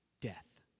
death